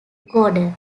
gordon